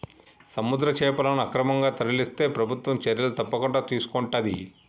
సముద్ర చేపలను అక్రమంగా తరలిస్తే ప్రభుత్వం చర్యలు తప్పకుండా తీసుకొంటది